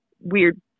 weird